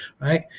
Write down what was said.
right